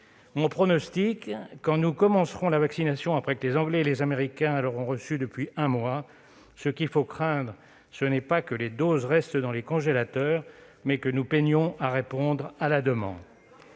le suivant : quand nous commencerons la vaccination, après que les Anglais et les Américains l'auront expérimentée depuis un mois, ce qu'il faut craindre, c'est non pas que les doses restent dans les congélateurs, mais que nous peinions à répondre à la demande.